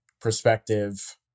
perspective